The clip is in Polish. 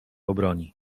obroni